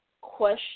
Question